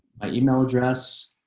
my email address.